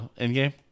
Endgame